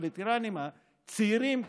הווטרנים הצעירים,